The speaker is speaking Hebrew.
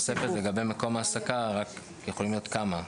הערה נוספת: מקום העסקה יכולים להיות כמה,